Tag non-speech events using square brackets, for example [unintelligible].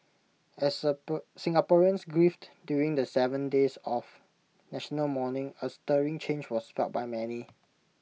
as the [unintelligible] Singaporeans grieved during the Seven days of national mourning A stirring change was felt by many